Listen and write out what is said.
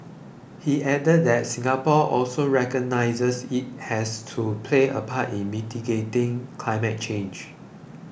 he added that Singapore also recognises it has to play a part in mitigating climate change